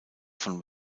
von